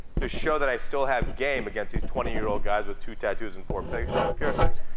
to show that i still have game against these twenty year old guys with two tattoos and four you know piercings.